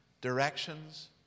directions